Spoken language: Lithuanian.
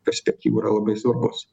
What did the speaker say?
perspektyvų yra labai svarbus